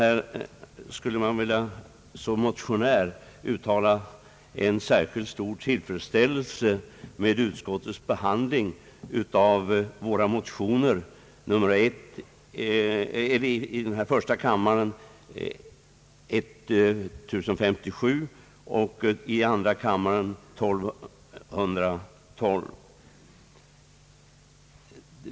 Här skulle man som motionär vilja uttala en särskilt stor tillfredsställelse med utskottets behandling av våra motioner 1I:1057 och II: 1212.